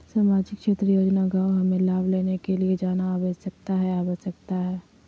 सामाजिक क्षेत्र योजना गांव हमें लाभ लेने के लिए जाना आवश्यकता है आवश्यकता है?